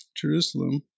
Jerusalem